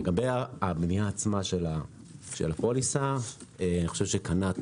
לגבי הבנייה עצמה של הפוליסה, לדעתי קנ"ט